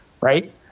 right